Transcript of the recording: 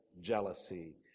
jealousy